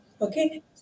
okay